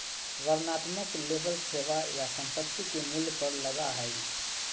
वर्णनात्मक लेबल सेवा या संपत्ति के मूल्य पर लगा हइ